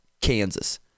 Kansas